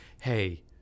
Hey